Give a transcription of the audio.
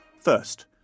First